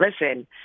listen